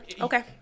Okay